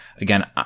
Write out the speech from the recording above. Again